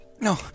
No